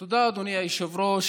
תודה, אדוני היושב-ראש.